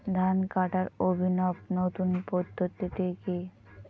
ধান কাটার অভিনব নতুন পদ্ধতিটি কি?